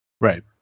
Right